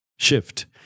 shift